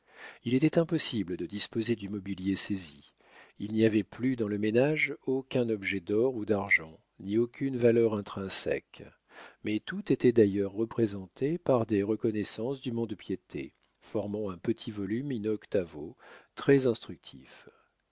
il était impossible de disposer du mobilier saisi il n'y avait plus dans le ménage aucun objet d'or ou d'argent ni aucune valeur intrinsèque mais tout était d'ailleurs représenté par des reconnaissances du mont-de-piété formant un petit volume in-octavo très instructif